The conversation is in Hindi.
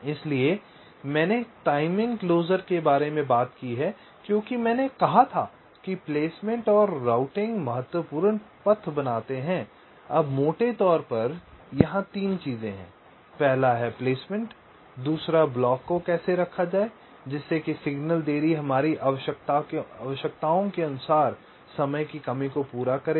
इसलिए मैंने टाइमिंग क्लोज़र के बारे में बात की है क्योंकि मैंने कहा था कि प्लेसमेंट और रूटिंग महत्वपूर्ण पथ बनाते हैं अब मोटे तौर पर यहां 3 चीजें हैं पहला है प्लेसमेंट ब्लॉक को कैसे रखा जाए जिससे कि सिग्नल देरी हमारी आवश्यकताओं के अनुसार समय की कमी को पूरा करेगी